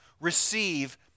receive